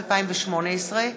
התשע"ח 2018,